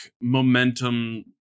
momentum